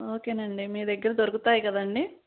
ఓకేనండి మీ దగ్గర దొరుకుతాయి కదండి